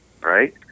right